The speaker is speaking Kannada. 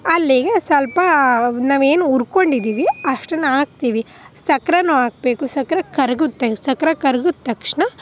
ಅಲ್ಲಿಗೆ ಸ್ವಲ್ಪ ನಾವೇನು ಉರ್ಕೊಂಡಿದ್ದೀವಿ ಅಷ್ಟನ್ನು ಹಾಕ್ತೀವಿ ಸಕ್ಕರೆನೂ ಹಾಕಬೇಕು ಸಕ್ಕರೆ ಕರಗುತ್ತೆ ಸಕ್ಕರೆ ಕರ್ಗೋದು ತಕ್ಷಣ